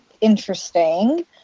interesting